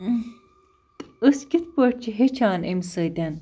أسۍ کِتھٕ پٲٹھۍ چھِ ہٮ۪چھان اَمہِ سٍتۍ